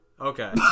Okay